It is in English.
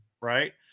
Right